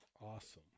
Awesome